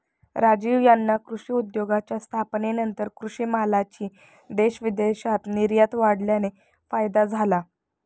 राजीव यांना कृषी उद्योगाच्या स्थापनेनंतर कृषी मालाची देश विदेशात निर्यात वाढल्याने फायदा झाला